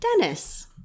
Dennis